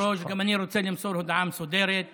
כבוד היושב-ראש, גם אני רוצה למסור הודעה מסודרת: